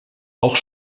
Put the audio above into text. auch